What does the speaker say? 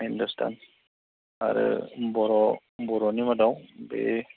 हिन्दुस्तान आरो बर' बर'नि मादाव बे